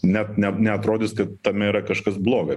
net ne neatrodys tame yra kažkas bloga